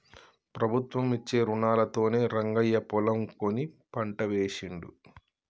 ప్రభుత్వం ఇచ్చే రుణాలతోనే రంగయ్య పొలం కొని పంట వేశిండు